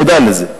מודע לזה.